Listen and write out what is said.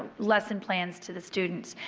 lesson plans to the students.